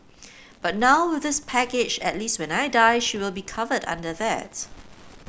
but now with this package at least when I die she will be covered under that